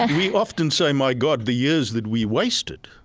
ah we often say, my god, the years that we wasted.